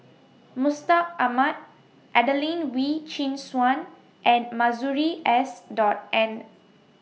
Mustaq Ahmad Adelene Wee Chin Suan and Masuri S Dot N